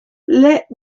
let